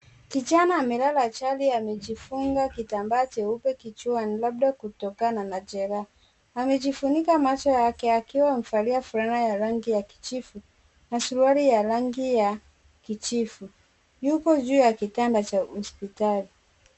Kijana amelala chali amejifunga kitambaa cheupe kichwani labda kutokana na jeraha, amejifunika macho yake akiwa amevalia flana ya kijivu na suruali ya rangi ya kijivu, yuko juu ya kitanda cha hospitali.